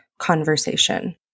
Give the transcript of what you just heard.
conversation